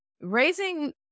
Raising